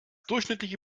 durchschnittliche